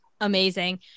Amazing